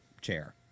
chair